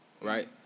right